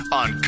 on